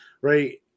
right